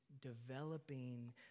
developing